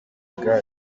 igare